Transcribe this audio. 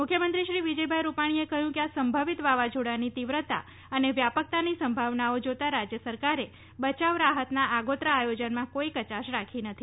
મુખ્યમંત્રી શ્રી વિજયભાઇ રૂપાણીએ કહ્યું કે આ સંભવિત વાવાઝોડાની તીવ્રતા અને વ્યાપકતાની સંભાવનાઓ જોતાં રાજ્ય સરકારે બયાવ રાહતના આગોતરાં આયોજનમાં કોઇ કચાશ રાખી નથી